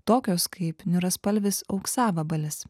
tokios kaip niuraspalvis auksavabalis